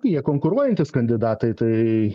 jie konkuruojantys kandidatai tai